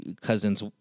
cousin's